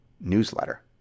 newsletter